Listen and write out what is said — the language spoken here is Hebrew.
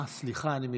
אה, סליחה, אני מתנצל.